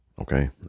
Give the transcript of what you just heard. Okay